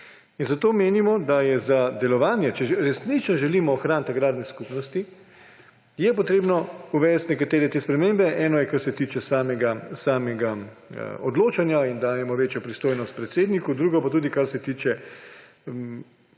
Zato menimo, da je za delovanje, če resnično želimo ohraniti agrarne skupnosti, treba uvesti nekatere spremembe. Eno je, kar se tiče samega odločanja, ko dajemo večjo pristojnost predsedniku, drugo pa tudi kar se tiče